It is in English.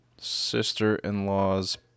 sister-in-law's